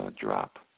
drop